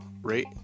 Rate